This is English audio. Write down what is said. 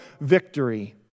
victory